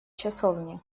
часовни